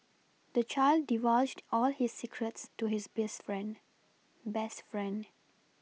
the child divulged all his secrets to his beast friend best friend